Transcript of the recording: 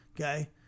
Okay